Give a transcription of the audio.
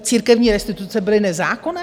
Církevní restituce byly nezákonné?